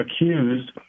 accused